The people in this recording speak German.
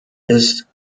ist